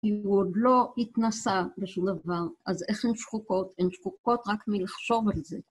כי הוא עוד לא התנסה בשום דבר, אז איך הן שחוקות? הן שחוקות רק מלחשוב על זה.